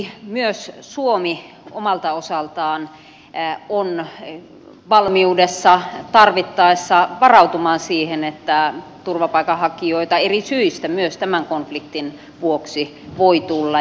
toki myös suomi omalta osaltaan on valmiudessa tarvittaessa varautumaan siihen että turvapaikanhakijoita eri syistä myös tämän konfliktin vuoksi voi tulla